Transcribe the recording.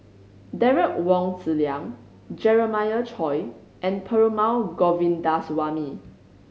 Derek Wong Zi Liang Jeremiah Choy and Perumal Govindaswamy